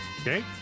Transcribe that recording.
okay